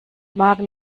magen